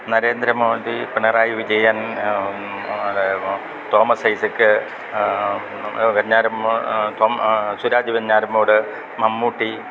നരേന്ദ്ര മോദി പിണറായി വിജയൻ തോമസ് ഐസക്ക് വഞ്ഞാറമ്മൂ സുരാജ് വെഞ്ഞാറമൂട് മമ്മൂട്ടി